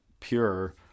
pure